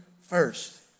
first